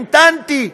המתנתי,